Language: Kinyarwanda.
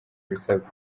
ibisabwa